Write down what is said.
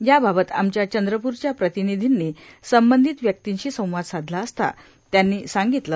याबाबत आमच्या चंद्रपूरच्या प्रतिनिधींनी संबंधित व्यक्तीशी संवाद साधला असता त्यांनी सांगितलं